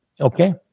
okay